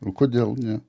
o kodėl ne